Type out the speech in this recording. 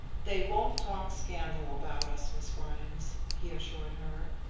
they won't talk scandal about us, miss grimes, he assured her.